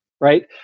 right